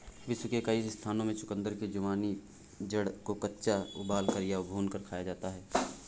विश्व के कई स्थानों में चुकंदर की जामुनी जड़ को कच्चा उबालकर या भूनकर खाया जाता है